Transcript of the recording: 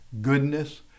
goodness